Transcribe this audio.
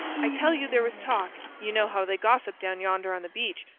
i tell you there was talk you know how they gossip down yonder on the beach.